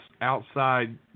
outside